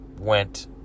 went